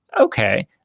Okay